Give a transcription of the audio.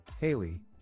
Haley